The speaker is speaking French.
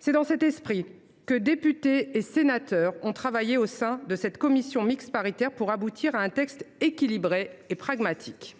C’est dans cet esprit que députés et sénateurs ont travaillé au sein de cette commission mixte paritaire pour aboutir à un texte équilibré et pragmatique.